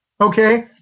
okay